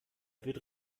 wird